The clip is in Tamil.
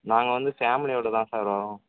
நாங்கள் வந்து ஃபேமிலியோட தான் சார் வரோம்